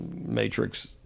matrix